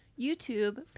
YouTube